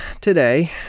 today